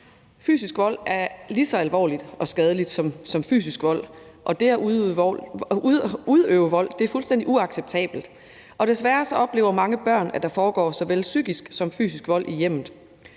Psykisk vold er lige så alvorligt og skadeligt som fysisk vold, og det at udøve vold er fuldstændig uacceptabelt. Desværre oplever mange børn, at der foregår såvel psykisk som fysisk vold i hjemmet.